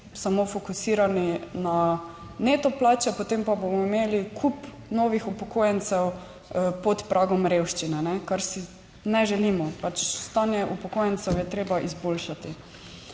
samo fokusirani na neto plače. Potem pa bomo imeli kup novih upokojencev pod pragom revščine, kar si ne želimo - pač stanje upokojencev je treba izboljšati.